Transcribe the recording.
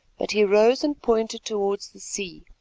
but he rose and pointed towards the sea,